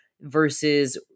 versus